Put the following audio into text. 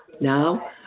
Now